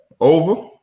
Over